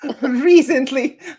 recently